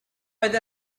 oedd